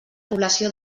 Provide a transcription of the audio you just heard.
població